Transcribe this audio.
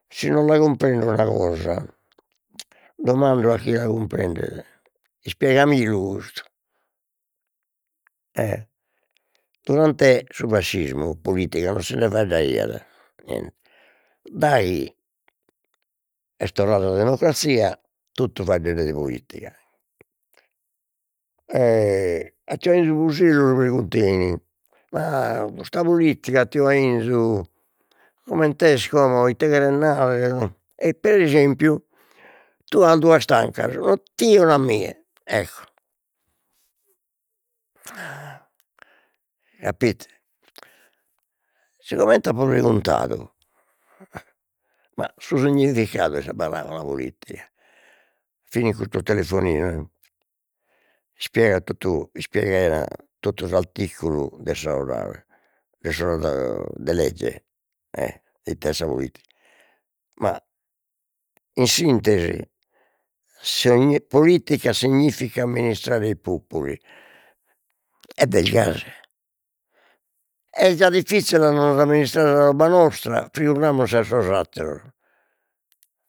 Si non la cumprendo una cosa domando a chie la cumprendet, spiegamilu custu e durante su fascismu politica non si nde faeddaiat, niente, daghi est torrada sa democrazia totu faeddende de politica e a tiu 'ainzu lu preguntein, ma custa politica tiu 'ainzu coment'est como, ite cheret narrer no e per esempiu tue as duas tancas, una a tie e una a mie ecco capito. Sicomente apo preguntadu ma su significadu 'e sa paraula politica fina in custos telefoninos mi ispiegat totu ispiegaian totu s'articulu de sa 'odale de sa 'oda de legge e it'est sa politica, ma in sintesi politica significat amministrare i popoli ed est gasi, est già diffizzile a nos amministrare sa roba nostra, figuramus sa 'e sos atteros